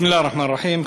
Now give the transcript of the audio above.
בסם אללה א-רחמאן א-רחים.